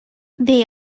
they